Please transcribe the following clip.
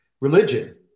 religion